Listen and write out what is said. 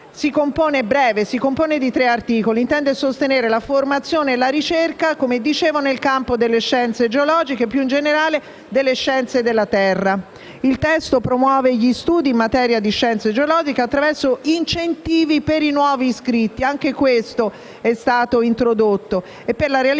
Esso è breve. Si compone di tre articoli ed intende sostenere la formazione e la ricerca nel campo delle scienze geologiche e, più in generale, delle scienze della terra. Il testo promuove gli studi in materia di scienze geologiche attraverso incentivi per i nuovi iscritti (anche questo è stato introdotto),